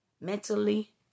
mentally